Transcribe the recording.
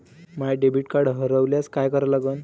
माय debit card हरोल्यास काय करा लागन?